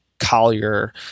collier